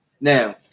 Now